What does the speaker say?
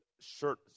shirt